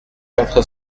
quatre